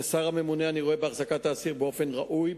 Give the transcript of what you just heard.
כשר הממונה אני רואה באחזקת האסיר באופן ראוי,